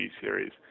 series